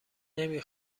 نمی